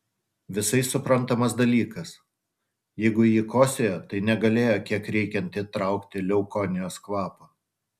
visai suprantamas dalykas jeigu ji kosėjo tai negalėjo kiek reikiant įtraukti leukonijos kvapo